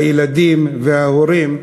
הילדים וההורים,